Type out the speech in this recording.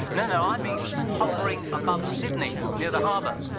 no, no, i mean hovering above sydney near the harbour.